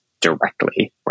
directly